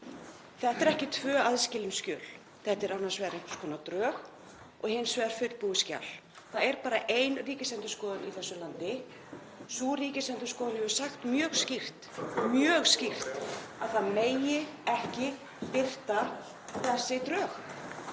Þetta eru ekki tvö aðskilin skjöl. Þetta eru annars vegar einhvers konar drög og hins vegar fullbúið skjal. Það er bara ein Ríkisendurskoðun í þessu landi. Sú Ríkisendurskoðun hefur sagt mjög skýrt að það megi ekki birta þessi drög.